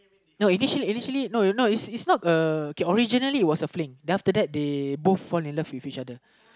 no initially initially no no it's it's not a okay originally it was just a fling then after that they both fall in love with each other